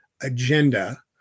agenda